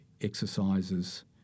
exercises